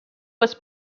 was